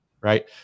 Right